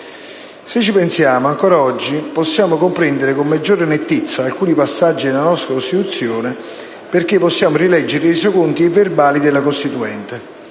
Se ci pensiamo, ancora oggi possiamo comprendere con maggiore nettezza alcuni passaggi della nostra Costituzione perché possiamo rileggere i resoconti e i verbali della Costituente.